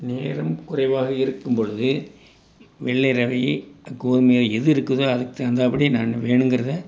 நேரம் குறைவாக இருக்கும்பொழுது வெள்ளை ரவை கோதுமை எது இருக்குதோ அதுக்கு தகுந்தாற்படி நான் வேணுங்கிறத